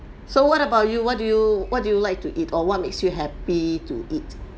so what about you what do you what do you like to eat or what makes you happy to eat